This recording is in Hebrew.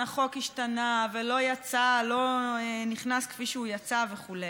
החוק השתנה ולא נכנס כפי שהוא יצא וכו',